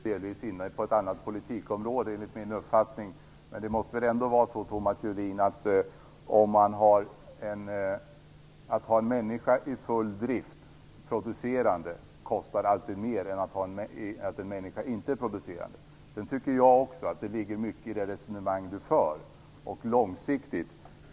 Herr talman! Nu är vi enligt min uppfattning delvis inne på ett annat politikområde. Men det måste väl ändå vara så, Thomas Julin, att en producerande människa i full drift alltid kostar mer än en människa som inte är producerande. Sedan tycker jag också att det ligger mycket i det resonemang som Thomas Julin för.